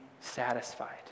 satisfied